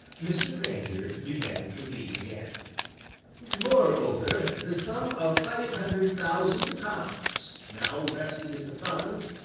mr. grainger began to read again moreover, the sum of five hundred thousand pounds, now vested in the funds,